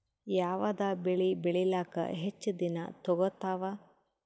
ಯಾವದ ಬೆಳಿ ಬೇಳಿಲಾಕ ಹೆಚ್ಚ ದಿನಾ ತೋಗತ್ತಾವ?